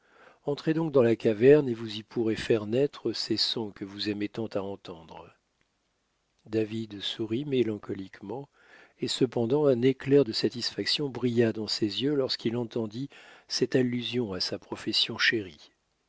entrez donc dans la caverne et vous y pourrez faire naître ces sons que vous aimez tant à entendre david sourit mélancoliquement et cependant un éclair de satisfaction brilla dans ses yeux lorsqu'il entendit cette allusion à sa profession chérie